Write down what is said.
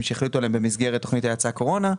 שהחליטו עליהם במסגרת תכנית ההאצה בקורונה.